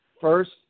first